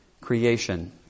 creation